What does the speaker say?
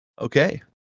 Okay